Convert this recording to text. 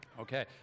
Okay